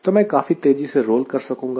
तो मैं काफी तेजी से रोल कर सकूंगा